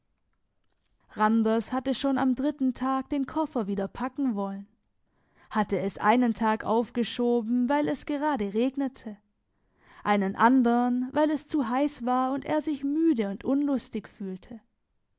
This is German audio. randers hatte schon am dritten tag den koffer wieder packen wollen hatte es einen tag aufgeschoben weil es gerade regnete einen andern weil es zu heiss war und er sich müde und unlustig fühlte